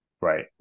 right